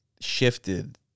shifted